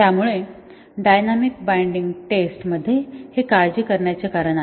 त्यामुळे dynamic binding test मध्ये हे काळजी करण्याचे कारण आहे